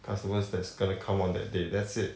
customers that's gonna come on that day that's it